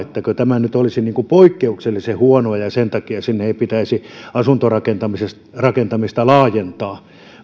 että tämä nyt olisi poikkeuksellisen huonoa ja ja sen takia sinne ei pitäisi asuntorakentamista laajentaa